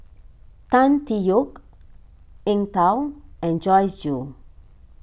Tan Tee Yoke Eng Tow and Joyce Jue